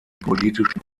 politischen